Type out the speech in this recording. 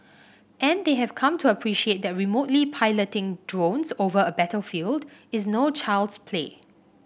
and they have come to appreciate that remotely piloting drones over a battlefield is no child's play